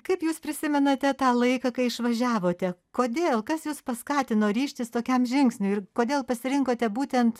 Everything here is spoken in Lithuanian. kaip jūs prisimenate tą laiką kai išvažiavote kodėl kas jus paskatino ryžtis tokiam žingsniui ir kodėl pasirinkote būtent